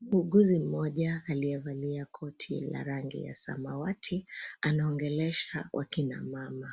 Muuguzi mmoja aliyevalia koti la rangi ya samawati anaongelesha wakina mama.